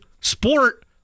sport